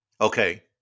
Okay